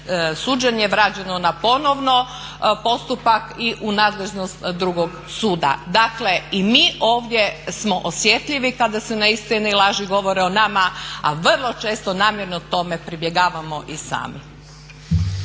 suđenje vraćeno na ponovni postupak i u nadležnost drugog suda. Dakle, i mi ovdje smo osjetljivi kada se neistine i laži govore o nama, a vrlo često namjerno tome pribjegavamo i sami.